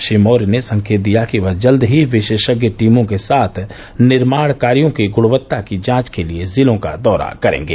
श्री मौर्य ने संकेत दिया कि वह जल्द ही विशेषज्ञ टीमों के साथ निर्माण कार्यो की गुणवत्ता की जांच के लिये जिलों का दौरा करेंगे